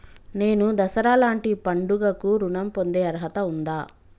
నేను దసరా లాంటి పండుగ కు ఋణం పొందే అర్హత ఉందా?